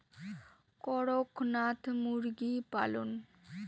করকনাথ মুরগি পালন?